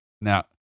Now